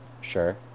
sure